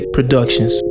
Productions